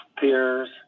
peers